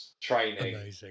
training